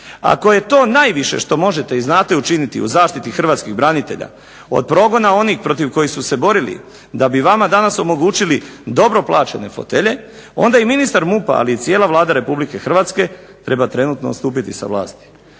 ako je to najviše što možete i znate učiniti u zaštiti hrvatskih branitelja od progona onih protiv kojih su se borili da bi vama danas omogućili dobro plaćene fotelje onda i ministar MUP-a, ali i cijela Vlada Republike Hrvatske treba trenutno odstupiti s vlasti.